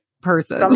person